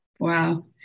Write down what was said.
Wow